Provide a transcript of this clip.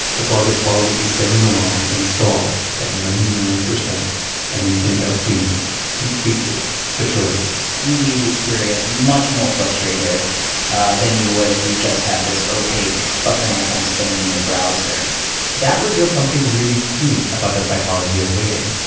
the progress bar would be sailing along and stall at ninety nine percent and you'd end up feeling completely betrayed you leave the experience much more frustrated than you would if you just had this opaque buffering icon spinning in your browser that revealed something really key about the psychology of waiting,